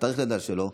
את תאריך הלידה שלו,